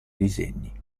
disegni